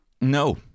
No